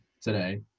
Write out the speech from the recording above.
today